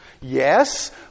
yes